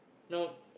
no